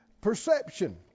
perception